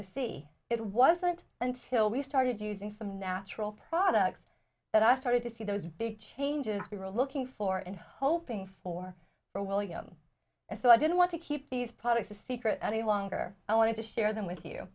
to see it wasn't until we started using some natural products that i started to see those big changes we were looking for and hoping for for william and so i didn't want to keep these products a secret any longer i wanted to share them with you